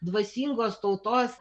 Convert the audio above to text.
dvasingos tautos